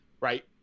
right